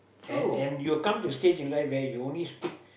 and and you will come to a stage in life where you only stick